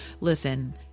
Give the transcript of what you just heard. Listen